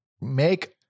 make